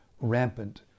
rampant